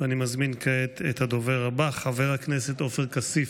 אני מזמין כעת את הדובר הבא, חבר הכנסת עופר כסיף.